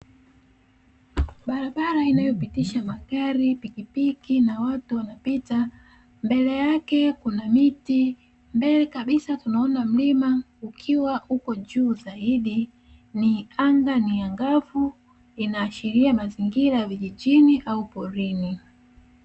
Barabara inayopitisha magari, pikipiki na watu wanapita, mbele yake kuna miti, mbele kabisa tunaona mlima ukiwa upo juu zaidi. Anga ni angavu, inashiria mazingira ya vijijini au porini.